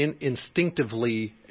instinctively